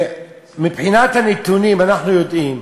מבחינת הנתונים, אנחנו יודעים,